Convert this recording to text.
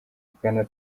bwana